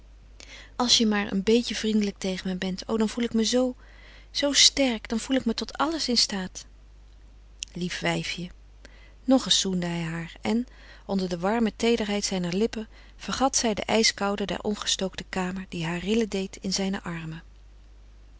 als je maar een beetje vriendelijk tegen me bent o dan voel ik me zoo zoo sterk dan voel ik me tot alles in staat lief wijfje nog eens zoende hij haar en onder de warme teederheid zijner lippen vergat zij de ijskoude der ongestookte kamer die haar rillen deed in zijne armen